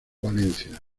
valencia